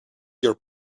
your